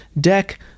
deck